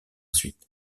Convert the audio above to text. suite